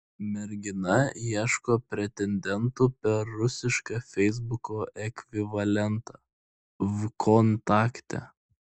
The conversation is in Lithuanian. mergina ieško pretendentų per rusišką feisbuko ekvivalentą vkontakte